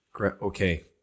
Okay